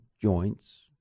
joints